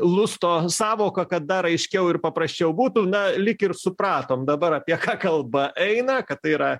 lusto sąvoką kad dar aiškiau ir paprasčiau būtų na lyg ir supratom dabar apie ką kalba eina kad tai yra